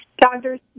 doctors